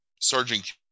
Sergeant